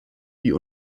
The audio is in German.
die